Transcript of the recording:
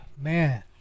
man